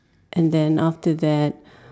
and then after that